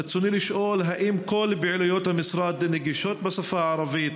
ברצוני לשאול: 1. האם כל פעילויות המשרד נגישות בשפה הערבית?